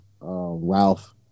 ralph